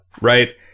Right